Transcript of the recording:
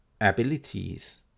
abilities